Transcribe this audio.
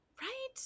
Right